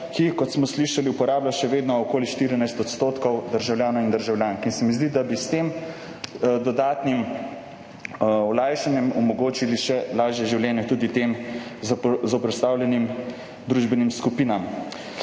ga, kot smo slišali, uporablja še vedno okoli 14 % državljanov in državljank. In se mi zdi, da bi s tem dodatnim olajšanjem omogočili še lažje življenje tudi tem zapostavljenim družbenim skupinam.